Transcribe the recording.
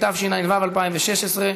התשע"ו 2016,